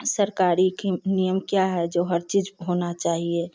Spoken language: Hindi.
सरकारी के नियम क्या है जो हर चीज़ होना चाहिए